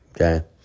Okay